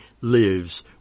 lives